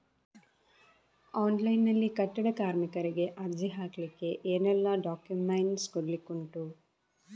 Online ನಲ್ಲಿ ಕಟ್ಟಡ ಕಾರ್ಮಿಕರಿಗೆ ಅರ್ಜಿ ಹಾಕ್ಲಿಕ್ಕೆ ಏನೆಲ್ಲಾ ಡಾಕ್ಯುಮೆಂಟ್ಸ್ ಕೊಡ್ಲಿಕುಂಟು?